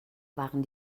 waren